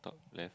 top left